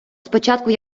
спочатку